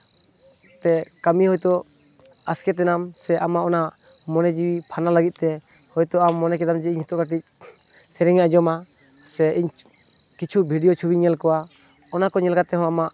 ᱛᱮ ᱠᱟᱹᱢᱤ ᱦᱳᱭᱛᱳ ᱟᱥᱠᱮᱛᱮᱱᱟᱢ ᱥᱮ ᱟᱢᱟᱜ ᱚᱱᱟ ᱢᱚᱱᱮ ᱡᱤᱣᱤ ᱯᱷᱟᱨᱱᱟᱣ ᱞᱟᱹᱜᱤᱫ ᱛᱮ ᱦᱳᱭᱛᱳ ᱟᱢ ᱢᱚᱱᱮ ᱠᱮᱫᱟᱢ ᱡᱮ ᱱᱤᱛᱳᱜ ᱠᱟᱹᱴᱤᱡ ᱥᱮᱨᱮᱧ ᱟᱡᱚᱢᱟ ᱥᱮ ᱤᱧ ᱠᱤᱪᱷᱩ ᱵᱷᱤᱰᱤᱭᱳ ᱪᱷᱚᱵᱤᱧ ᱧᱮᱞ ᱠᱚᱣᱟ ᱚᱱᱟ ᱠᱚ ᱧᱮᱞ ᱠᱟᱛᱮ ᱦᱚᱸ ᱟᱢᱟᱜ